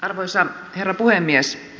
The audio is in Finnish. arvoisa herra puhemies